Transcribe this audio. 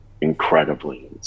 incredibly